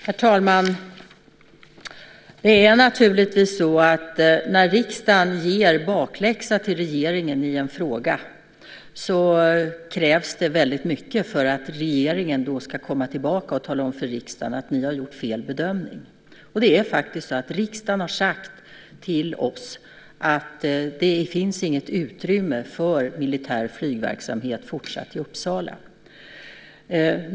Herr talman! När riksdagen ger regeringen bakläxa i en fråga krävs det väldigt mycket för att regeringen ska komma tillbaka och tala om för riksdagen att den har gjort fel bedömning. Riksdagen har sagt till oss att det inte finns något utrymme för fortsatt militär flygverksamhet i Uppsala.